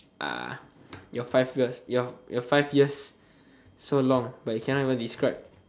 ah your five years your your five years so long but you cannot even describe